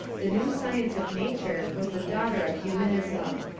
the new science of nature was the daughter of humanism.